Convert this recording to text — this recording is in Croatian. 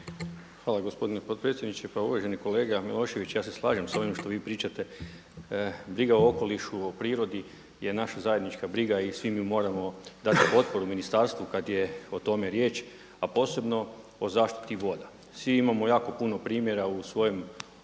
Hvala gospodine potpredsjedniče. Pa uvaženi kolega Milošević, ja se slažem sa ovim što vi pričate. Briga o okolišu o prirodi je naša zajednička briga i svi mi moramo dati potporu ministarstvu kada je o tome riječ, a posebno o zaštiti voda. Svi imamo jako puno primjera u svojoj